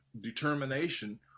determination